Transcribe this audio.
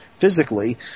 physically